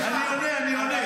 אני עונה.